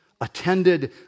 attended